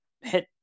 hit